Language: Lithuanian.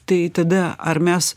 tai tada ar mes